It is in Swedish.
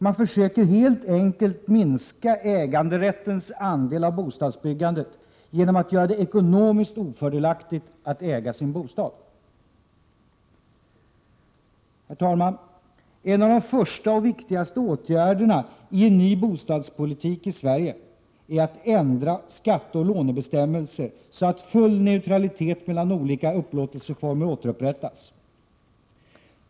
Man försöker helt enkelt minska äganderättens andel av bostadsbyggandet genom att göra det ekonomiskt ofördelaktigt att äga sin bostad. Herr talman! En av de första och viktigaste åtgärderna i en ny bostadspolitik i Sverige är att ändra skatteoch lånebestämmelser, så att full neutralitet mellan de olika upplåtelseformerna återupprättas.